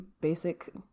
basic